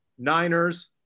Niners